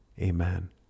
Amen